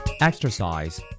Exercise